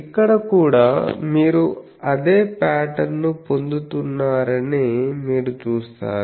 ఇక్కడ కూడా మీరు అదే ప్యాటర్న్ ను పొందుతున్నారని మీరు చూస్తారు